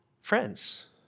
friends